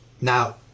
now